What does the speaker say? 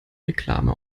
reklame